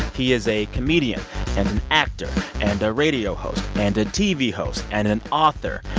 he is a comedian and an actor and radio host and a tv host and an author.